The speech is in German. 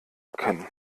erkennen